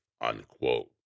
unquote